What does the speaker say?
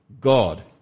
God